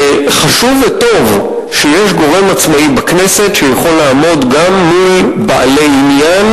וחשוב וטוב שיש גורם עצמאי בכנסת שיכול לעמוד גם מול בעלי עניין